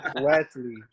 Wesley